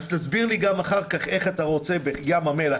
אז תסביר לי גם אחר כך איך אתה רוצה בים המלח,